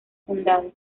fundado